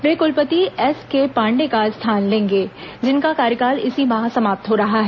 वे कुलपति एसके पांडेय का स्थान लेंगे जिनका कार्यकाल इसी माह समाप्त हो रहा है